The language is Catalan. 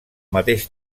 mateix